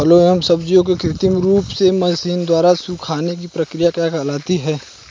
फलों एवं सब्जियों के कृत्रिम रूप से मशीनों द्वारा सुखाने की क्रिया क्या कहलाती है?